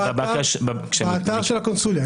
באתר של הקונסוליה.